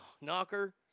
knocker